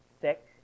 thick